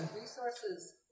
Resources